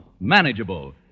Manageable